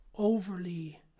Overly